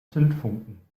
zündfunken